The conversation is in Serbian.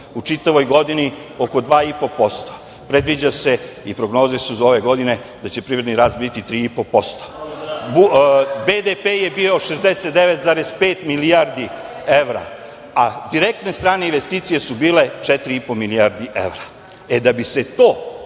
u čitavoj godini oko 2,5%. Predviđa se i prognoze su za ovu godinu da će privredni rast biti 3,5%. BDP je bio 69,5 milijardi evra, a direktne strane investicije su bile 4,5 milijarde evra.